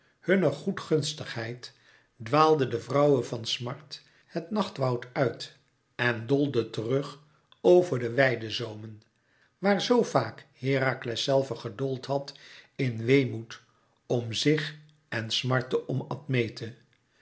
hunner goedgunstigheid dwaalde de vrouwe van smart het nachtwoud uit en doolde terug over de weide zoomen waar zoo vaak herakles zelve gedoold had in weemoed om zich en smart om